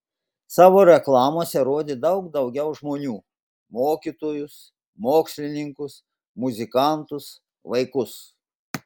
savo reklamose rodė daug daugiau žmonių mokytojus mokslininkus muzikantus vaikus